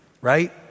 Right